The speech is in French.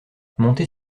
monter